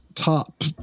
Top